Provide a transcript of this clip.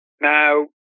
Now